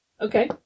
okay